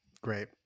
Great